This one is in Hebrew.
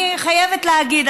אני חייבת להגיד,